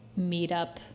meetup